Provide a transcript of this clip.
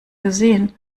gesehen